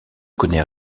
connait